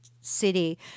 city